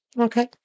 Okay